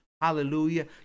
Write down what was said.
hallelujah